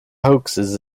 hoaxes